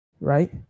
right